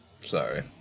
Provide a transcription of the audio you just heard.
Sorry